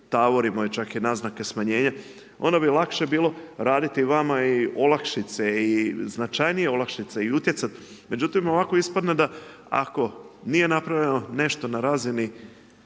tavorimo, čak i naznake smanjenja, onda bi lakše raditi vam i olakšice i značajnije olakšice i utjecat, međutim ovako ispadne da ako nije napravljeno nešto na razini